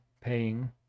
paying